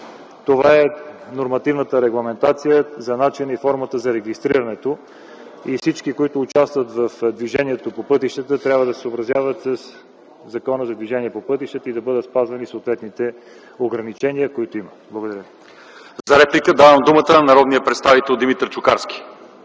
Това е нормативната регламентация за начина и формата за регистрирането. Всички, които участват в движението по пътищата, трябва да се съобразяват със Закона за движение по пътищата и да бъдат спазвани съответните ограничения, които има. Благодаря ви. ПРЕДСЕДАТЕЛ ЛЪЧЕЗАР ИВАНОВ: За реплика давам думата на народния представител Димитър Чукарски.